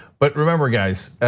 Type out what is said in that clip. but remember guys,